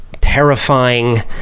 terrifying